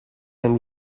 and